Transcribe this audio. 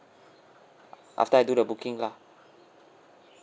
after I do the booking lah